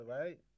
right